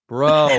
Bro